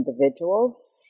individuals